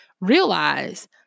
realize